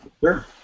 sure